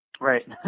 Right